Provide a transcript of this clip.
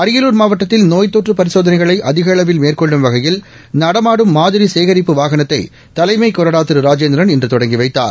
அரியலூர் மாவட்டத்தில் நோய் தொற்று பரிசோதளைகளை அதிக அளவில் மேற்கொள்ளும் வகையில் நடமாடும் மாதிரி சேகரிப்பு வாகனத்தை தலைமை கொறடா திரு ரஜேந்திரன் இன்று தொடங்கி வைத்தார்